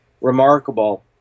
remarkable